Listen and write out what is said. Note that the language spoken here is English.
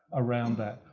around that.